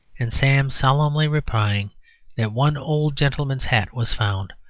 and sam solemnly replying that one old gentleman's hat was found,